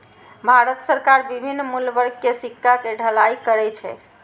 भारत सरकार विभिन्न मूल्य वर्ग के सिक्का के ढलाइ करै छै